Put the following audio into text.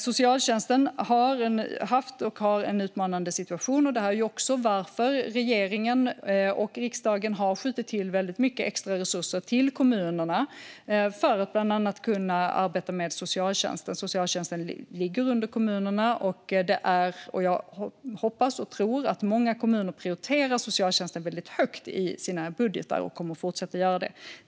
Socialtjänsten har haft, och har, en utmanande situation. Det är också därför regeringen och riksdagen har skjutit till mycket extra resurser till kommunerna, för att de bland annat ska kunna arbeta med socialtjänsten. Socialtjänsten ligger under kommunerna, och jag hoppas och tror att många kommuner prioriterar socialtjänsten högt i sina budgetar och kommer att fortsätta att göra det.